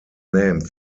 name